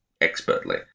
expertly